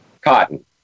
Cotton